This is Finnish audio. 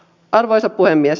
arvoisa puhemies